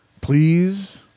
please